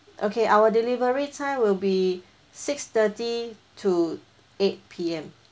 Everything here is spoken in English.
okay our delivery time will be six thirty to eight P_M